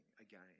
again